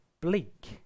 bleak